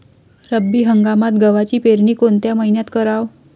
रब्बी हंगामात गव्हाची पेरनी कोनत्या मईन्यात कराव?